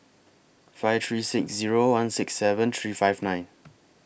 five three six Zero one six seven three five nine